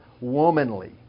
womanly